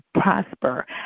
prosper